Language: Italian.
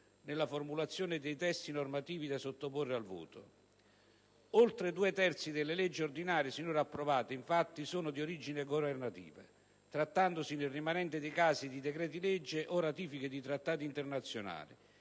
nella formulazione dei testi normativi da sottoporre al voto. Oltre due terzi delle leggi ordinarie sinora approvate, infatti, sono di origine governativa - compresi i decreti-legge e le ratifiche di trattati internazionali